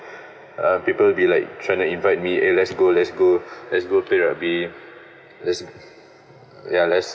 uh people will be like trying to invite me eh let's go let's go let's go play rugby let's ya let's